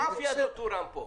אף יד לא תורם כאן.